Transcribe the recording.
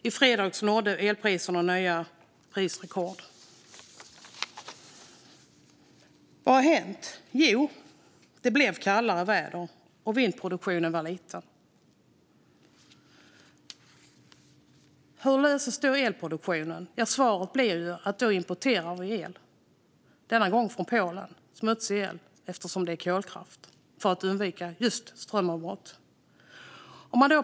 I fredags nådde elpriserna nya rekordnivåer. Vad hade hänt? Jo, det blev kallare väder och vindproduktionen var liten. Hur löses då elproduktionen? Svaret är att då importerar vi el, denna gång från Polen - det är smutsig el eftersom den kommer från kolkraft - för att undvika strömavbrott.